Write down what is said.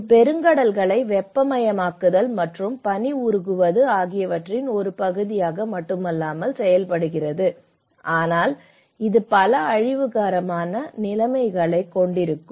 இது பெருங்கடல்களை வெப்பமயமாக்குதல் மற்றும் பனி உருகுவது ஆகியவற்றின் ஒரு பகுதியாக மட்டுமல்லாமல் செயல்படுகிறது ஆனால் இது பல அழிவுகரமான நிலைமைகளைக் கொண்டிருக்கும்